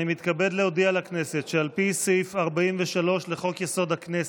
אני מתכבד להודיע לכנסת שעל פי סעיף 43 לחוק-יסוד: הכנסת,